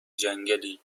جنگلی